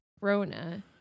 rona